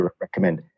recommend